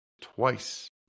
twice